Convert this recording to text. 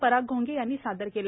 पराग घोंगे यांनी सादर केला